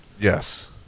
Yes